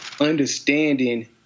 understanding